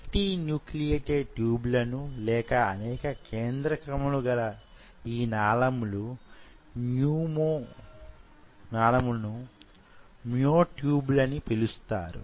multinucleated ట్యూబులను లేక అనేక కేంద్రకములు గల యీ నాళములు ను మ్యో ట్యూబుల ని పిలుస్తారు